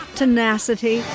tenacity